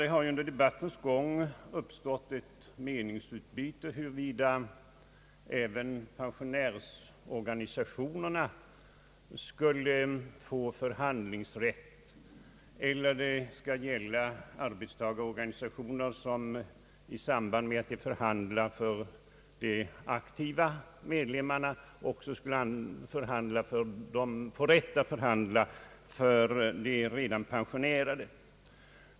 Det har under debattens gång uppstått ett meningsutbyte huruvida även pensionärsorganisationerna skulle få förhandlingsrätt eiler den skall tillkomma enbart arbetstagarorganisationer, som i samband med att de förhandlar för de aktiva också skulle få rätt att förhandla för de redan pensionerade.